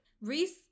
Reese